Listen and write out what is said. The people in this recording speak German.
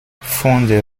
funde